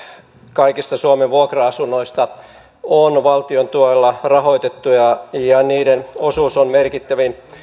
kaikista suomen vuokra asunnoista on valtion tuella rahoitettuja ja ja niiden osuus on merkittävin